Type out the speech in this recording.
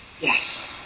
Yes